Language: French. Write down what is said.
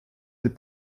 des